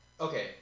Okay